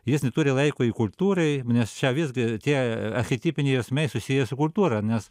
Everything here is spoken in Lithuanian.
jis neturi laiko i kultūrai nes čia visgi tie archetipiniai jausmai susiję su kultūra nes